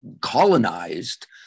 colonized